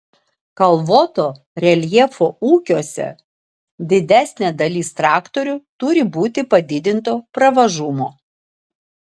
kalvoto reljefo ūkiuose didesnė dalis traktorių turi būti padidinto pravažumo